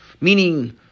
Meaning